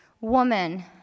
woman